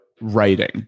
Writing